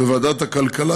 בוועדת הכלכלה,